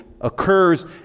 occurs